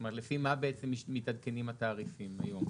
זאת אומרת, לפי מה בעצם מתעדכנים התעריפים היום?